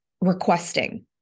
requesting